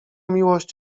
miłość